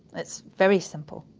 it's very simple.